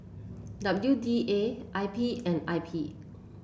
W D A I P and I P